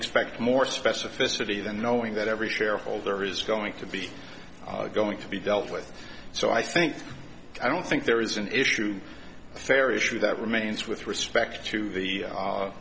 more specificity than knowing that every shareholder is going to be going to be dealt with so i think i don't think there is an issue fair issue that remains with respect to the